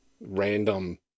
random